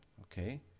okay